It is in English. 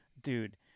dude